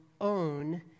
own